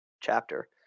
chapter